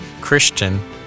Christian